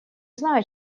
знаю